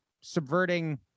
subverting